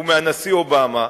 ומהנשיא אובמה,